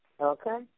Okay